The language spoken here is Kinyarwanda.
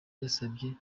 yasabye